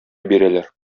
бирәләр